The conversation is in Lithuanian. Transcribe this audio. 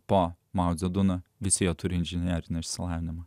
po mao dze duno visi jie turi inžinerinį išsilavinimą